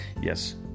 Yes